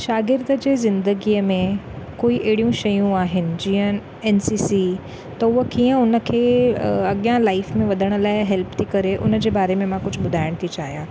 शागिर्द जे ज़िंदगीअ में कोई अहिड़ियूं शयूं आहिनि जीअं एन सी सी त उह कीअं उन खे अॻियां लाइफ में वधण लाइ हेल्प थी करे उन जे बारे में मां कुझु ॿुधाइणु थी चाहियां